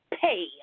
pay